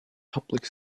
public